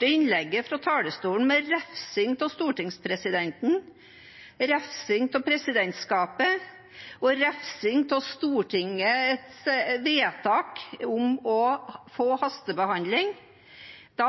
innlegget fra talerstolen med refsing av stortingspresidenten, refsing av presidentskapet og refsing av Stortingets vedtak om å få en hastebehandling,